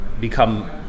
become